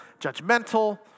judgmental